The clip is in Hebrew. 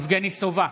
יבגני סובה,